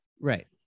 right